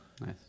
nice